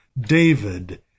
David